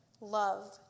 love